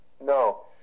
No